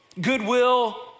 goodwill